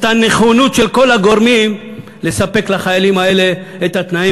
את הנכונות של כל הגורמים לספק לחיילים האלה את התנאים